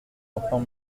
enfant